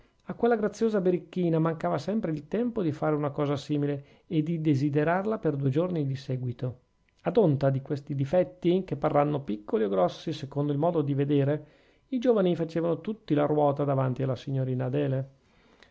a quella graziosa birichina mancava sempre il tempo di fare una cosa simile e di desiderarla per due giorni di seguito ad onta di questi difetti che parranno piccoli o grossi secondo il modo di vedere i giovani facevano tutti la ruota davanti alla signorina adele